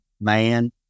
man